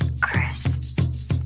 Chris